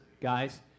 Guys